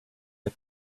are